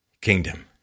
Kingdom